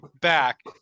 back